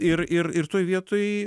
ir ir ir toj vietoj